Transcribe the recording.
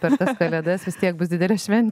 per tas kalėdas vis tiek bus didelė šventė